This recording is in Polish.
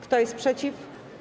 Kto jest przeciw?